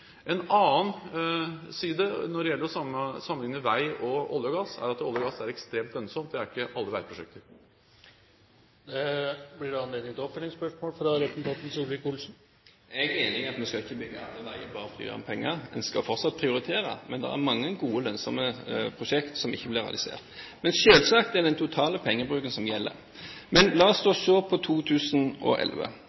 En annen side når det gjelder å sammenlikne vei og olje og gass, er at olje og gass er ekstremt lønnsomt. Det er ikke alle veiprosjekter. Jeg er enig i at vi ikke skal bygge alle veier bare for å gjøre om penger, man skal fortsatt prioritere. Det er mange gode, lønnsomme prosjekter som ikke blir realisert, men selvsagt er det den totale pengebruken som gjelder. Men la oss se på 2011. Det